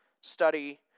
study